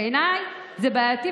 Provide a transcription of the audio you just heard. בעיניי זה בעייתי,